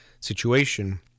situation